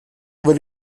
vede